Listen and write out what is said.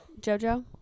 JoJo